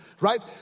right